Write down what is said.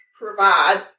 provide